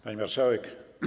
Pani Marszałek!